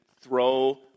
Throw